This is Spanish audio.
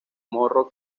morro